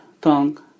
tongue